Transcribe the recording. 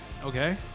Okay